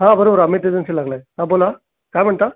हां बरोबर अमित एजन्सीला लागला आहे हां बोला काय म्हणता